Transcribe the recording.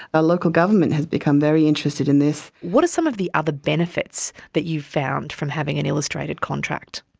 our local government has become very interested in this. what are some of the other benefits that you've found from having an illustrated contract?